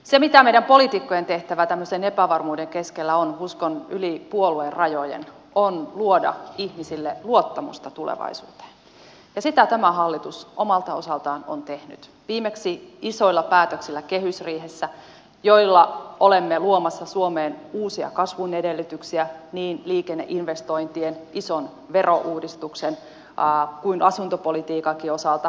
se mikä meidän poliitikkojen tehtävä tällaisen epävarmuuden keskellä on uskon yli puoluerajojen on luoda ihmisille luottamusta tulevaisuuteen ja sitä tämä hallitus omalta osaltaan on tehnyt viimeksi kehysriihessä isoilla päätöksillä joilla olemme luomassa suomeen uusia kasvun edellytyksiä niin liikenneinvestointien ison verouudistuksen kuin asuntopolitiikankin osalta